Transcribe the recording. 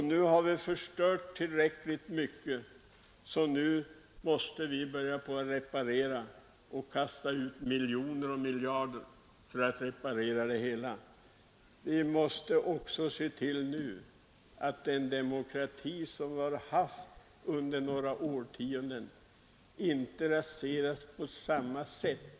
Men nu har vi förstört tillräckligt mycket för att vara tvungna att kasta ut miljoner och miljarder på att reparera det hela. Vi måste också se till att den demokrati som vi har haft under några årtionden inte raseras på samma sätt.